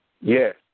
Yes